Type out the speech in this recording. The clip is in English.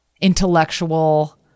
intellectual